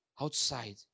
outside